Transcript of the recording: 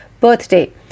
birthday